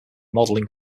modeling